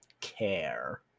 care